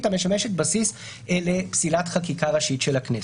המשמשת בסיס לפסילת חקיקה ראשית של הכנסת.